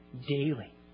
daily